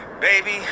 baby